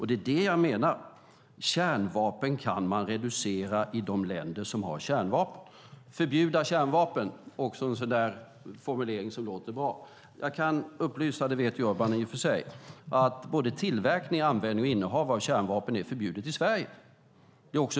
Det är det jag menar: Kärnvapen kan man reducera i de länder som har kärnvapen. Att förbjuda kärnvapen är en formulering som låter bra. Jag kan upplysa - Urban vet det i och för sig - om att tillverkning, användning och innehav av kärnvapen är förbjudet i Sverige.